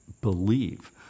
believe